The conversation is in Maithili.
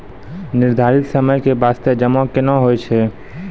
निर्धारित समय के बास्ते जमा केना होय छै?